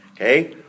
Okay